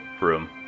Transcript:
room